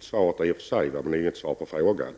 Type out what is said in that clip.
Svaret är i och för sig viktigt, men det är inget svar på frågan.